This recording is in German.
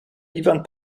iwan